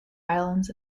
islands